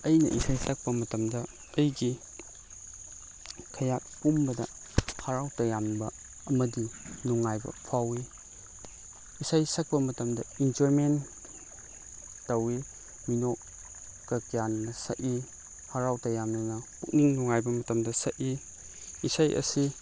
ꯑꯩꯅ ꯏꯁꯩ ꯁꯛꯄ ꯃꯇꯝꯗ ꯑꯩꯒꯤ ꯈꯌꯥꯠ ꯄꯨꯝꯕꯗ ꯍꯔꯥꯎ ꯇꯌꯥꯝꯕ ꯑꯃꯗꯤ ꯅꯨꯡꯉꯥꯏꯕ ꯐꯥꯎꯋꯤ ꯏꯁꯩ ꯁꯛꯄ ꯃꯇꯝꯗ ꯏꯟꯖꯣꯏꯃꯦꯟ ꯇꯧꯋꯤ ꯃꯤꯅꯣꯛꯀ ꯀꯌꯥꯅ ꯁꯛꯏ ꯍꯔꯥꯎ ꯇꯌꯥꯝꯅꯅ ꯄꯨꯛꯅꯤꯡ ꯅꯨꯡꯉꯥꯏꯕ ꯃꯇꯝꯗ ꯁꯛꯏ ꯏꯁꯩ ꯑꯁꯤ